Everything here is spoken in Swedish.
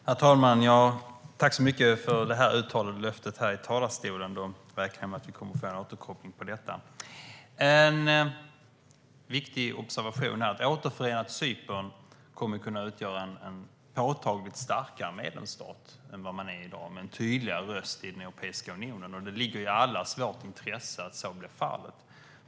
Herr talman! Tack så mycket för det uttalade löftet i talarstolen! Jag räknar med att vi kommer att få en återkoppling på detta. En viktig observation är att ett återförenat Cypern kommer att kunna utgöra ett påtagligt starkare medlemskap än vad landet har i dag, med en tydligare röst i Europeiska unionen. Det ligger i allas vårt intresse att så blir fallet.